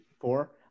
four